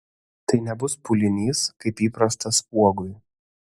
tai nebus pūlinys kaip įprasta spuogui